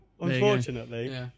unfortunately